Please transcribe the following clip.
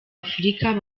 afurika